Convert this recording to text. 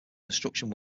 construction